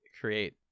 create